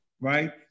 right